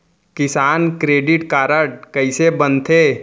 किसान credit card कइसे बनथे?